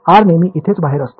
r नेहमी इथेच बाहेर असते